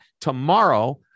tomorrow